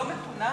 לא מתונה.